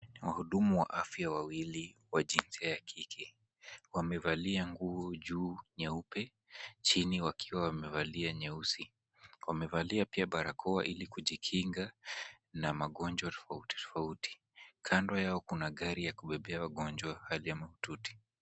Wahudumu wa afya wawili wa jinsia ya kike. Wamevalia nguo juu nyeupe, chini wakiwa wamevalia nyeusi. Wamevalia pia barakoa ili kujikinga na magonjwa tofauti tofauti. Kando yao kuna gari ya kubebea wagonjwa hali ya mahututi.